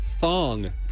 thong